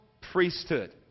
priesthood